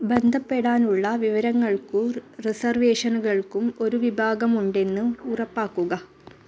ബന്ധപ്പെടാനുള്ള വിവരങ്ങൾക്കും റിസർവേഷനുകൾക്കും ഒരു വിഭാഗം ഉണ്ടെന്ന് ഉറപ്പാക്കുക